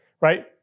Right